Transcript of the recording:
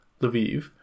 Lviv